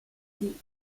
sie